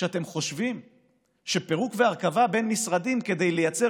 שאתם חושבים שפירוק והרכבה בין משרדים כדי לייצר